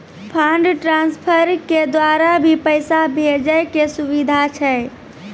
Fund transfer के द्वारा भी पैसा भेजै के सुविधा छै?